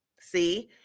See